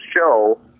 show